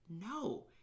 No